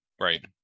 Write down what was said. Right